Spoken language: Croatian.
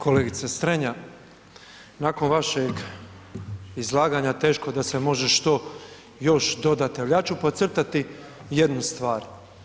Kolegice Strenja, nakon vašeg izlaganja teško da se može što još dodati, ali ja ću podcrtati jednu stvar.